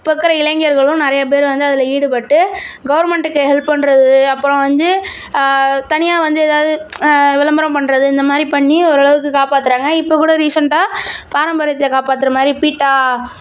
இப்போ இருக்கிற இளைஞர்களும் நிறைய பேர் வந்து அதில் ஈடுபட்டு கவர்மண்ட்டுக்கு ஹெல்ப் பண்ணுறது அப்புறம் வந்து தனியாக வந்து ஏதாவது விளம்பரம் பண்ணுறது இந்தமாதிரி பண்ணி ஓரளவுக்கு காப்பாத்துகிறாங்க இப்போ கூட ரீசண்டாக பாராம்பரியத்தை காப்பாத்துகிற மாதிரி பீட்டா